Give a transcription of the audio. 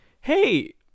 hey